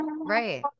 right